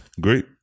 great